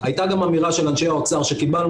אני לא